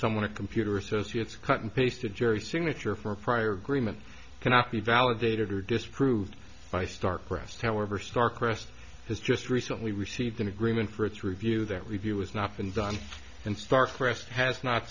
someone a computer associates cut and paste a jury signature for a prior agreement cannot be validated or disproved by starcraft however stark rest has just recently received an agreement for its review that review is not been done and start for us has not